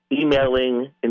emailing